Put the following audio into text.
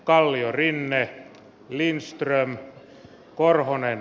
kalliorinne villiinnystyrän korhonen